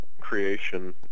creation